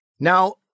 Now